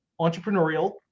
entrepreneurial